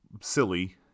silly